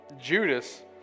Judas